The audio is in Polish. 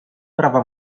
prawa